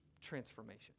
transformation